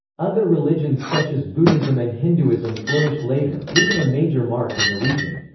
other religions such as buddhism and hinduism flourished later, leaving a major mark in the region.